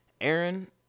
Aaron